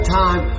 time